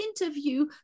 interview